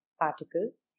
particles